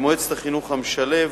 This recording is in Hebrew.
ומועצת החינוך המשלב,